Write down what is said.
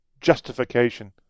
justification